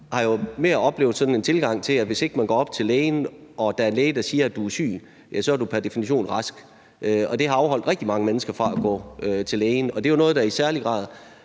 har jeg mere oplevet en anden tilgang til det: Hvis man ikke går op til lægen og får at vide, at man er syg, ja så er man pr. definition rask. Det har afholdt rigtig mange mennesker fra at gå til lægen, og det er jo noget, der i særlig grad